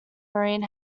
marine